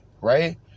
Right